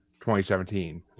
2017